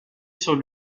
sur